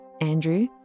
Andrew